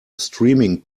streaming